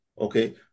okay